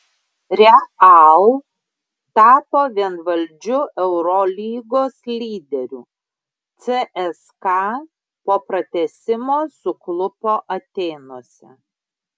real tapo vienvaldžiu eurolygos lyderiu cska po pratęsimo suklupo atėnuose